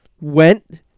went